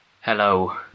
Hello